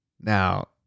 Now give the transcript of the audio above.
Now